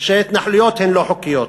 שההתנחלויות הן לא חוקיות.